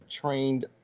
trained